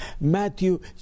Matthew